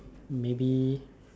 maybe